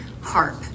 HARP